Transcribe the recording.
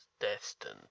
destined